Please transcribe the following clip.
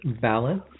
balance